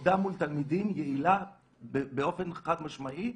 עבודה מול תלמידים יעילה באופן חד משמעי.